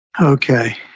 Okay